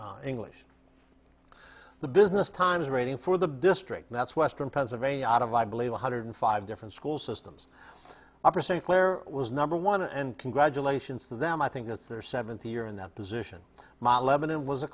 and english the business times rating for the district that's western pennsylvania out of i believe one hundred five different school systems opera st clair was number one and congratulations to them i think it's their seventh year in that position my lebanon was a